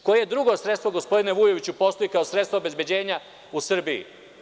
Koje drugo sredstvo, gospodine Vujoviću, postoji kao sredstvo obezbeđenja u Srbiji?